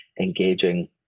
engaging